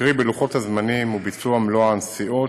קרי בלוחות הזמנים ובביצוע מלוא הנסיעות,